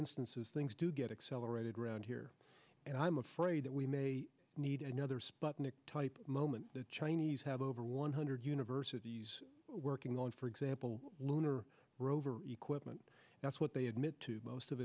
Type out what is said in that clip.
instances things do get accelerated around here and i'm afraid that we may need another sputnik type moment the chinese have over one hundred universities working on for example lunar rover equipment that's what they admit to most of